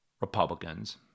Republicans